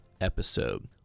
episode